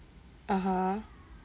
(uh huh)